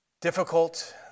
difficult